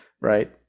right